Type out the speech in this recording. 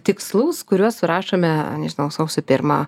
tikslus kuriuos surašome nežinau sausio pirmą